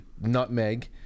nutmeg